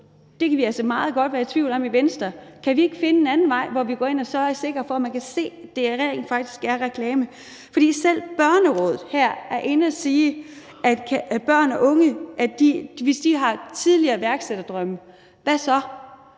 Det kan vi altså godt være meget i tvivl om i Venstre. Kan vi ikke finde en anden vej, hvor vi går ind og så er sikre på, at man kan se, at det rent faktisk er reklame? For selv Børnerådet er inde her og sige, at hvis børn og unge har tidlige iværksætterdrømme, hvad så?